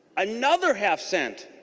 another have sent